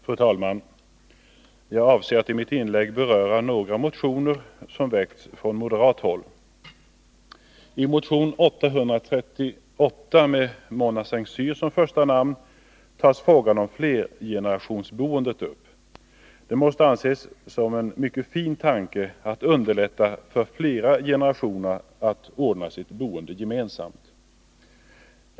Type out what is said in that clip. Fru talman! Jag avser att i mitt inlägg beröra några motioner som väckts från moderat håll. I motion 838 med Mona S:t Cyr som första namn tas frågan om flergenerationsboendet upp. Det måste anses som en mycket fin tanke att underlätta för flera generationer att ordna sitt boende gemensamt.